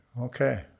Okay